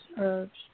herbs